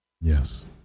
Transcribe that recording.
yes